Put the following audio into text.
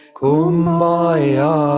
kumbaya